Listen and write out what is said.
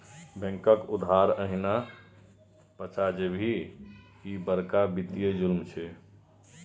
बैंकक उधार एहिना पचा जेभी, ई बड़का वित्तीय जुलुम छै